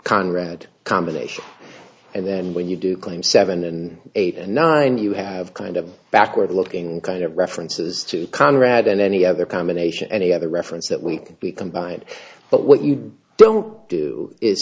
conrad combination and then when you do claim seven and eight and nine you have kind of backward looking kind of references to conrad and any other combination any other reference that we can become by it but what you don't do is